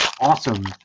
awesome